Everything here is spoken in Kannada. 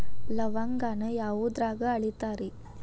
ಲವಂಗಾನ ಯಾವುದ್ರಾಗ ಅಳಿತಾರ್ ರೇ?